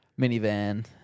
minivan